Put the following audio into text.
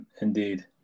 indeed